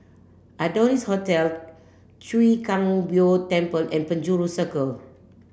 Adonis Hotel Chwee Kang Beo Temple and Penjuru Circle